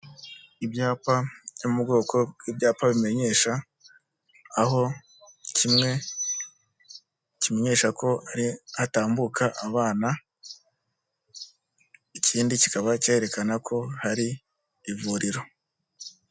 Ibyapa byo mu bwoko bw'ibyapa bimenyesha, aho kimwe kimenyesha ko ari hatambuka abana, ikindi kikaba cyerekana ko, hari ivuriro.